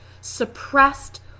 suppressed